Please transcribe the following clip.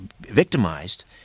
victimized